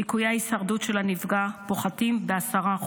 סיכויי ההישרדות של הנפגע פוחתים ב-10%.